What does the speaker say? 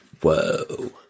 Whoa